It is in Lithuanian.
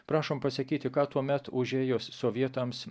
prašom pasakyti ką tuomet užėjus sovietams